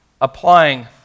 applying